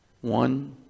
one